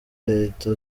leta